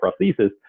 prosthesis